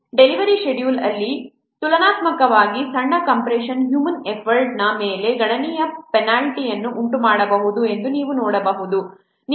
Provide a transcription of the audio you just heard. delivery schedule ಅಲ್ಲಿ ತುಲನಾತ್ಮಕವಾಗಿ ಸಣ್ಣ ಕಂಪ್ರೆಶನ್ ಹ್ಯೂಮನ್ ಎಫರ್ಟ್ನ ಮೇಲೆ ಗಣನೀಯ ಪೆನಾಲ್ಟಿ ಅನ್ನು ಉಂಟುಮಾಡಬಹುದು ಎಂದು ನೀವು ನೋಡಬಹುದು